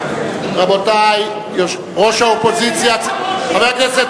באמת, חבר הכנסת